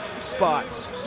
spots